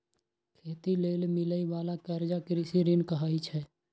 खेती लेल मिलइ बाला कर्जा कृषि ऋण कहाइ छै